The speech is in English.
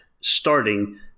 starting